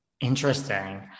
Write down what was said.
Interesting